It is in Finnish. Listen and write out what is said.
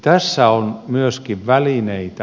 tässä on myöskin välineitä